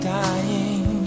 dying